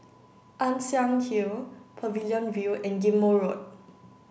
Ann Siang Hill Pavilion View and Ghim Moh Road